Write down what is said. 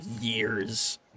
years